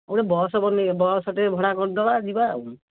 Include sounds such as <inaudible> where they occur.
ଗୋଟେ ବସ୍ <unintelligible> ବସ୍ଟେ ଭଡ଼ା କରିଦେବା ଯିବା ଆଉ